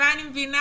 אבל אני מבינה,